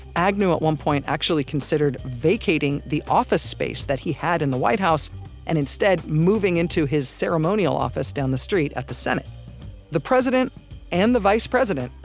agnew, at one point, actually considered vacating the office-space that he had in the white house and instead moving into his ceremonial office down the street at the senate the president and the vice president,